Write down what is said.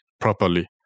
properly